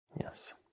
Yes